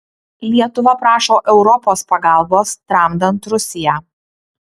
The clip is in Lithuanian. lietuva prašo europos pagalbos tramdant rusiją